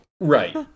Right